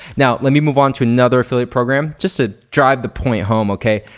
now, let me move on to another affiliate program just to drive the point home, okay?